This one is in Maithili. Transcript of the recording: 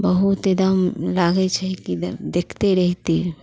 बहुत एकदम लगै छै की देखते रहिते